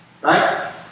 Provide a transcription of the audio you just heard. right